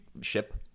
ship